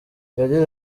yagize